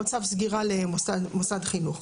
או צו סגירה למוסד חינוך.